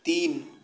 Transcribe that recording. तीन